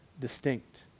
distinct